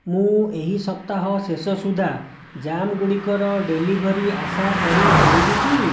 ମୁଁ ଏହି ସପ୍ତାହ ଶେଷ ସୁଦ୍ଧା ଜାମ୍ ଗୁଡ଼ିକର ଡେଲିଭରି ଆଶା କରିପାରିବି କି